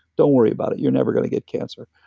don't worry about it. you're never gonna get cancer.